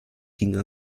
ginge